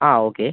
ആ ഓക്കെ